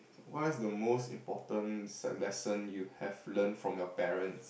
what's the most important s~ lesson you have learnt from your parents